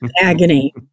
Agony